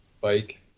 bike